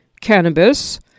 cannabis